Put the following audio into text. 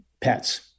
Pets